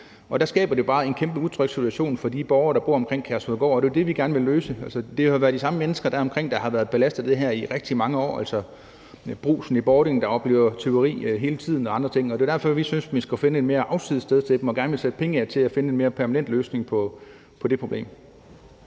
Det skaber bare en meget utryg situation for de borgere, der bor omkring Kærshovedgård, og det er det, vi gerne vil løse. Det har jo været de samme mennesker deromkring, der har været belastet af det her i rigtig mange år – f.eks. Brugsen i Bording, der oplever tyveri hele tiden, og andre ting. Det er derfor, vi synes, vi skal finde et mere afsides sted til dem, og gerne vil sætte penge af til at finde en mere permanent løsning på det problem.